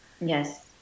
Yes